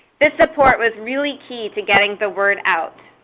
this support was really key to getting the word out.